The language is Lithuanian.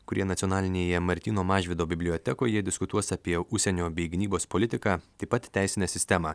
kurie nacionalinėje martyno mažvydo bibliotekoje diskutuos apie užsienio bei gynybos politiką taip pat teisinę sistemą